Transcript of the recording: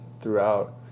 throughout